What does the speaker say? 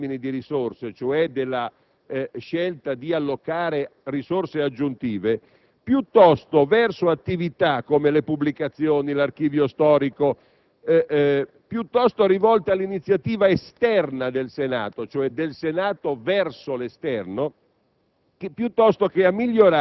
vorrei dire aggiuntiva in termini di risorse, cioè della scelta di allocare risorse aggiuntive - verso attività, come le pubblicazioni, l'archivio storico e così via, rivolte all'iniziativa "esterna" del Senato (cioè del Senato verso l'esterno),